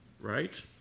right